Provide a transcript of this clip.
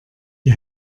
die